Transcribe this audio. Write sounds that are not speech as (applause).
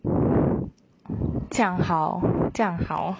(breath) 这样好 (breath) 这样好